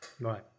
Right